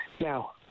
Now